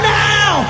now